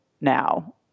now